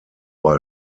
bei